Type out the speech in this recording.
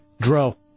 Dro